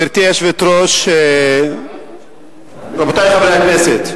הוא יכול, גברתי היושבת-ראש, רבותי חברי הכנסת,